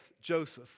Joseph